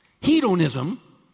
hedonism